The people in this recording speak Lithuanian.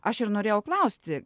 aš ir norėjau klausti